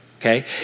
Okay